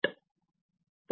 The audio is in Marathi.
5 आहे